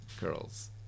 girls